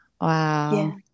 Wow